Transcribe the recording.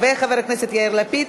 וחבר הכנסת יאיר לפיד?